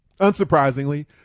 Unsurprisingly